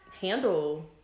handle